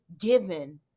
given